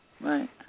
Right